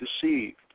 deceived